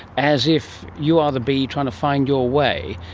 as if you are the bee trying to find your way,